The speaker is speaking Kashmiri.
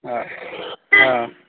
آ آ